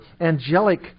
angelic